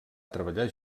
treballar